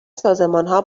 سازمانها